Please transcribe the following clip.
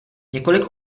několik